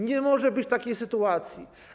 Nie może być takiej sytuacji.